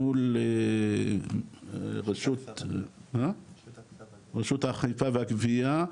מול רשות האכיפה והגבייה,